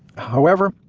however,